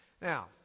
Now